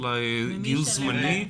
אולי גיוס זמני?